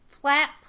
flap